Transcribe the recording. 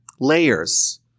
layers